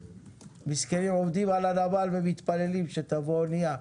מסכנים, עומדים על הנמל ומתפללים שתבוא אונייה.